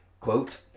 quote